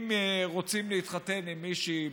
אם רוצים להתחתן עם מישהי,